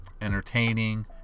entertaining